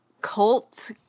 cult